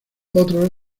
otros